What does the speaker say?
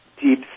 deep